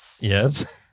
Yes